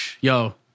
yo